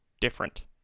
different